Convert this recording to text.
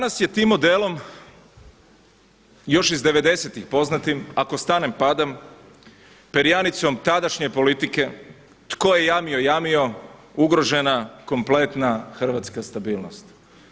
Danas je tim modelom još iz devedesetih poznatim ako stanem padam, perjanicom tadašnje politike „tko je jamio, jamio“ ugrožena kompletna hrvatska stabilnost.